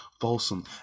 Folsom